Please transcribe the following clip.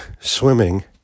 swimming